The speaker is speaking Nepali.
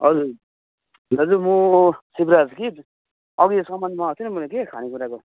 हजुर भेनाजु म शिवराज कि अघि सामान मगाएको थिएँ मैले कि खाने कुराको